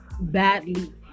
badly